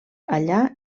allà